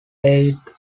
aide